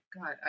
God